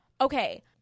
Okay